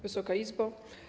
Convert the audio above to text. Wysoka Izbo!